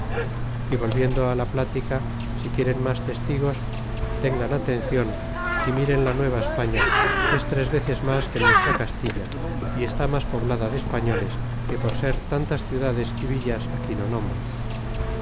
y volviendo á la plática si guieren mas testigos tengan atencion y miren la nueva esque es tres veces mas que nuestra castilla y está mas poblada de españoles que por ser tantas ciudades y villas aquí no nombro